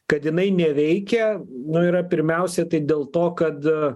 kad jinai neveikia nu yra pirmiausia tai dėl to kad